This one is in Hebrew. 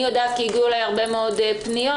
אני יודעת כי הגיעו אליי הרבה מאוד פניות.